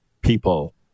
people